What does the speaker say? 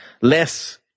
less